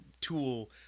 tool